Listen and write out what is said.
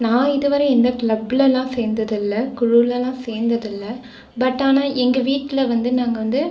நான் இதுவரை எந்த கிளப்லலாம் சேர்ந்தது இல்லை குழுவுலலாம் சேர்ந்தது இல்லை பட் ஆனால் எங்கள் வீட்டில் வந்து நாங்கள் வந்து